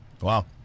Wow